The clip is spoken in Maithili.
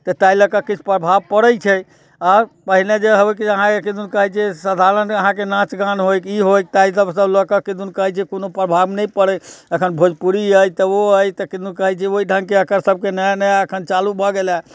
तऽ ताहि लऽ कऽ किछु प्रभाव पड़ै छै आ पहिने जे होइके अहाँके किदन कहै छै साधारण अहाँके नाच गान होइ की होइ ताहि सभ से लऽकऽ किदन कहै छै कोनो प्रभाव नहि पड़ै अखन भोजपुरी अछि तऽ ओ अछि तऽ किदन कहै छै ओहि ढंगके एकर सभके नया नया अखन चालू भऽ गेल है